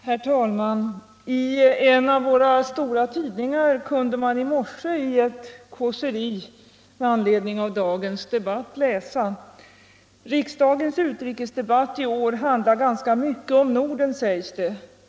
Herr talman! I en av våra stora tidningar kunde man i morse i ett kåseri med anledning av dagens debatt läsa: ”Riksdagens utrikesdebatt i år handlar ganska mycket om Norden, sägs det.